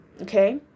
Okay